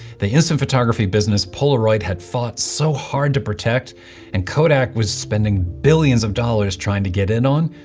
the instant photography business polaroid had fought so hard to protect and kodak was spending billions of dollars trying to get in on,